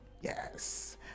Yes